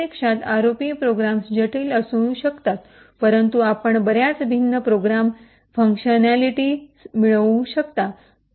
प्रत्यक्षात ROP programs जटिल असू शकतात तुम्हाला काही भिन्न प्रोग्रामची कार्यक्षमता फंगक्शनैलिटी - functionalities मिळू शकते